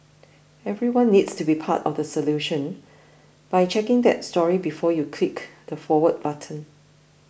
everyone needs to be part of the solution by checking that story before you click the forward button